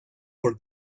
por